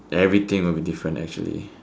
everything will be different actually